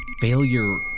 failure